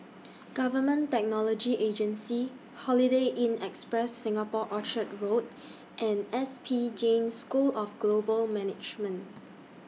Government Technology Agency Holiday Inn Express Singapore Orchard Road and S P Jain School of Global Management